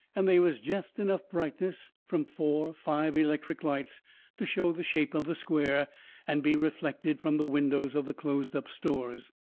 and they was jest enough brightness from four, five electric lights to show the shape of the square and be reflected from the windows of the closed-up stores.